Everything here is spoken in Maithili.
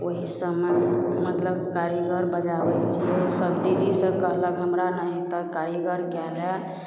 ओही समयमे मतलब कारीगर बजाबै छिए सभ दीदीसभ कहलक हमरा नहि हेतऽ कारीगर कै लए